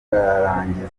bakarangiza